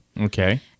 Okay